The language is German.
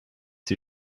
die